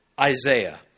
Isaiah